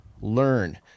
learn